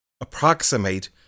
approximate